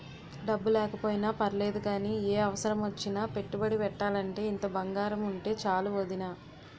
డబ్బు లేకపోయినా పర్లేదు గానీ, ఏ అవసరమొచ్చినా పెట్టుబడి పెట్టాలంటే ఇంత బంగారముంటే చాలు వొదినా